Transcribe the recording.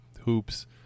hoops